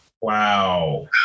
Wow